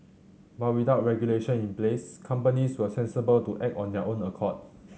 but without regulation in place companies were sensible to act on their own accord